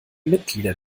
mitglieder